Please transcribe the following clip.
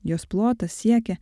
jos plotas siekia